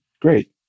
great